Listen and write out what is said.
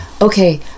okay